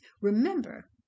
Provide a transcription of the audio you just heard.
Remember